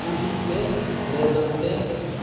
Google Pay లేదంటే